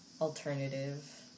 alternative